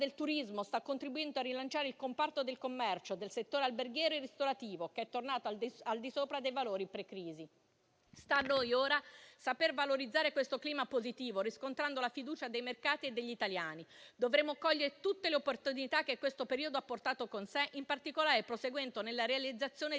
La ripresa del turismo sta contribuendo a rilanciare il comparto del commercio e il settore alberghiero e ristorativo, che è tornato al di sopra dei valori pre-crisi. Sta a noi ora saper valorizzare questo clima positivo, riscontrando la fiducia dei mercati e degli italiani. Dovremo cogliere tutte le opportunità che questo periodo ha portato con sé, in particolare proseguendo nella realizzazione di